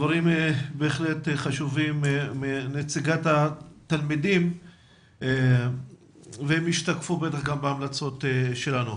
דברים בהחלט חשובים מנציגת התלמידים והם ישתקפו בטח גם בהמלצות שלנו.